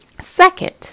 Second